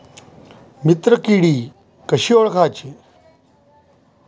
मित्र किडी कशी ओळखाची?